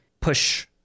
push